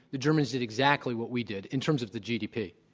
the germans did exactly what we did in terms of the gdp.